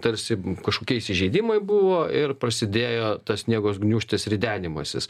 tarsi kažkokiais įžeidimai buvo ir prasidėjo tas sniego gniūžtės ridenimasis